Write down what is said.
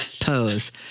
pose